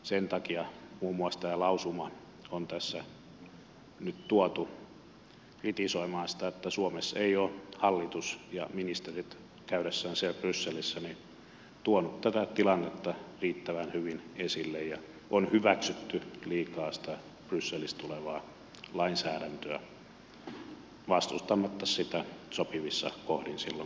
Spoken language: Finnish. sen takia muun muassa tämä lausuma on tässä nyt tuotu kritisoimaan sitä että suomessa eivät ole hallitus ja ministerit käydessään siellä brysselissä tuoneet tätä tilannetta riittävän hyvin esille ja on hyväksytty liikaa sitä brysselistä tulevaa lainsäädäntöä vastustamatta sitä sopivissa kohdin silloin kun olisi ollut mahdollista